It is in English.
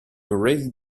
already